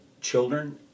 children